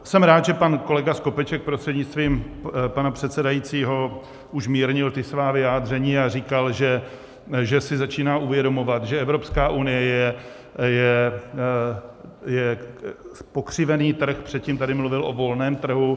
Jsem rád, že pan kolega Skopeček, prostřednictvím pana předsedajícího, už mírnil ta svá vyjádření a říkal, že si začíná uvědomovat, že Evropská unie je pokřivený trh, předtím tady mluvil o volném trhu.